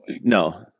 No